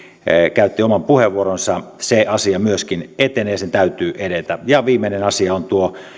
käytti oman puheenvuoronsa se asia myöskin etenee sen täytyy edetä viimeinen asia on